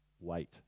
wait